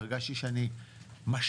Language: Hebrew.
הרגשתי שאני משפיע,